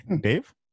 Dave